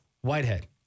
Whitehead